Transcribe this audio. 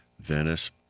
venice